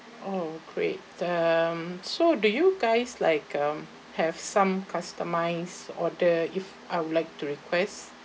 oh great um so do you guys like um have some customized order if I would like to request